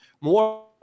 more